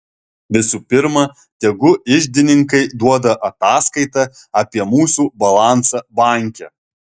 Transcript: visų pirma tegu iždininkai duoda ataskaitą apie mūsų balansą banke